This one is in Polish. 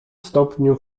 stopniu